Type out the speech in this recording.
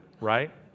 Right